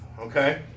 Okay